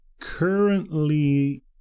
Currently